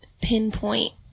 pinpoint